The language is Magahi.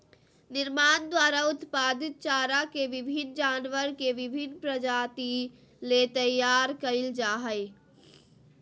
निर्माण द्वारा उत्पादित चारा के विभिन्न जानवर के विभिन्न प्रजाति ले तैयार कइल जा हइ